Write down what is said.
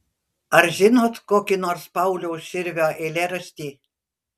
ar žinot kokį nors pauliaus širvio eilėraštį